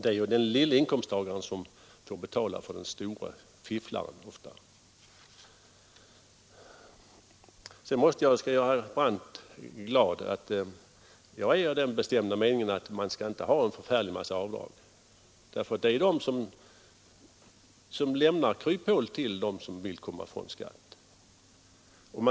Det är ofta den lille inkomsttagaren som får betala för den store fifflaren. Sedan skall jag göra herr Brandt glad. Jag är av den bestämda meningen att man inte skall ha en förfärlig massa avdrag. Det är nämligen dessa som lämnar kryphål för dem som vill komma ifrån skatt.